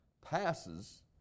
passes